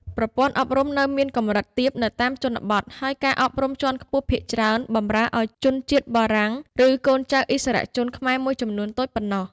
ប្រព័ន្ធអប់រំនៅមានកម្រិតទាបនៅតាមជនបទ ហើយការអប់រំជាន់ខ្ពស់ភាគច្រើនបម្រើឱ្យជនជាតិបារាំង ឬកូនចៅឥស្សរជនខ្មែរមួយចំនួនតូចប៉ុណ្ណោះ។